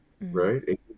right